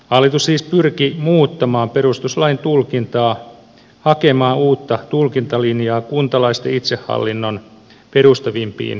hallitus siis pyrki muuttamaan perustuslain tulkintaa hakemaan uutta tulkintalinjaa kuntalaisten itsehallinnon perustavimpiin kysymyksiin